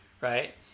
right